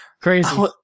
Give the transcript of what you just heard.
crazy